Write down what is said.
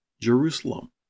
Jerusalem